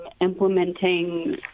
implementing